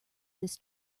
this